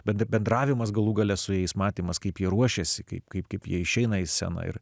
bet bendravimas galų gale su jais matymas kaip ji ruošėsi kaip kaip kaip jie išeina į sceną ir